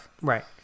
right